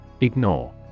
Ignore